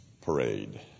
parade